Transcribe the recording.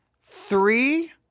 three